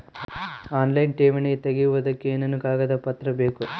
Online ಠೇವಣಿ ತೆಗಿಯೋದಕ್ಕೆ ಏನೇನು ಕಾಗದಪತ್ರ ಬೇಕು?